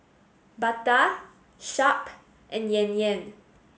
Bata Sharp and Yan Yan